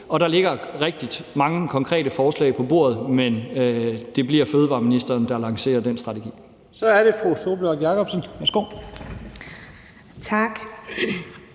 og der ligger rigtig mange konkrete forslag på bordet. Men det bliver fødevareministeren, der lancerer den strategi. Kl. 10:51 Første næstformand